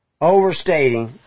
overstating